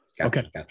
Okay